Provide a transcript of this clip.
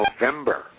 November